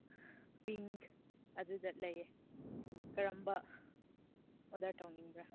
ꯄꯤꯡ ꯑꯗꯨꯗ ꯂꯩꯌꯦ ꯀꯔꯝꯕ ꯑꯣꯔꯗꯔ ꯇꯧꯅꯤꯡꯕ꯭ꯔꯥ